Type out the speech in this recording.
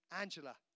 Angela